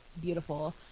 beautiful